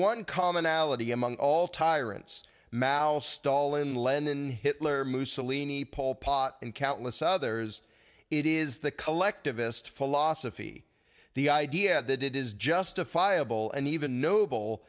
one commonality among all tyrants mal stalin lenin hitler mussolini pol pot and countless others it is the collectivist philosophy the idea that it is justifiable and even noble